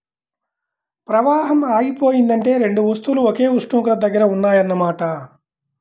ప్రవాహం ఆగిపోయిందంటే రెండు వస్తువులు ఒకే ఉష్ణోగ్రత దగ్గర ఉన్నాయన్న మాట